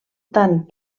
tant